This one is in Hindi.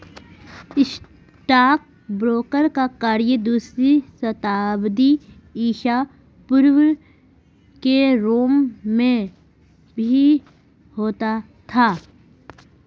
स्टॉकब्रोकर का कार्य दूसरी शताब्दी ईसा पूर्व के रोम में भी होता था